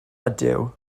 ydyw